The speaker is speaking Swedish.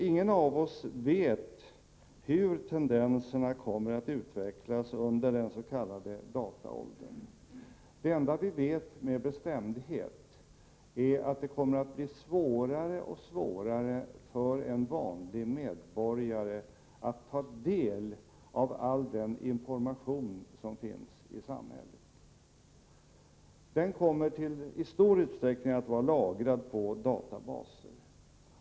Ingen av oss vet hur tendenserna kommer att utvecklas under den s.k. dataåldern. Det enda vi med bestämdhet vet är att det kommer att bli allt svårare för en vanlig medborgare att ta del av den information som finns i samhället. Informationen kommer i stor utsträckning att vara lagrad i databaser.